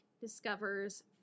discovers